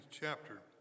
chapter